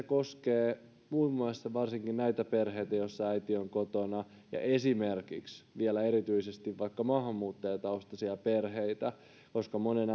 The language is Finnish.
koskee varsinkin näitä perheitä joissa äiti on kotona ja esimerkiksi vielä erityisesti vaikka maahanmuuttajataustaisia perheitä koska monen